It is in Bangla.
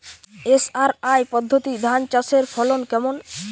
এস.আর.আই পদ্ধতি ধান চাষের ফলন কেমন?